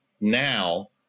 now